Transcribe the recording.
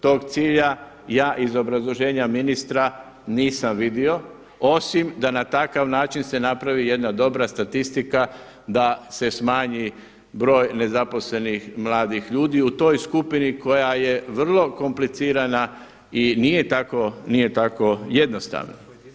Taj cilj ja iz obrazloženja ministra nisam vidio osim da na takav način se napravi jedna dobra statistika da se smanji broj nezaposlenih mladih ljudi u toj skupini koja je vrlo komplicirana i nije tako jednostavna.